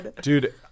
Dude